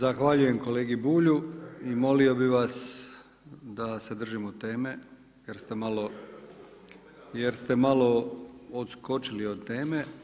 Zahvaljujem kolegi Bulju i molio bih vas da se držimo teme, jer ste malo odskočili od teme.